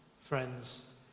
friends